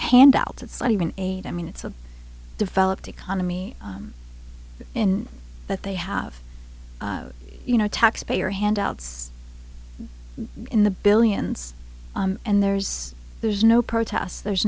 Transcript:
handouts it's not even aid i mean it's a developed economy in that they have you know taxpayer handouts in the billions and there's there's no protests there's